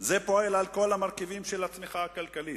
זה פועל על כל המרכיבים של הצמיחה הכלכלית.